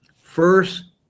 first